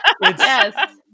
Yes